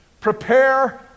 Prepare